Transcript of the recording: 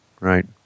Right